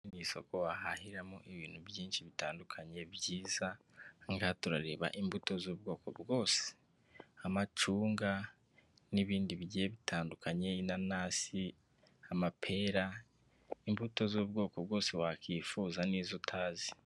Isoko wahahiramo ibintu byinshi bitandukanye byiza nk' aha turareba imbuto z'ubwoko bwose amacunga n'ibindi bigiye bitandukanye inanasi amapera imbuto z'ubwoko bwose wakwifuza n'izo utazi.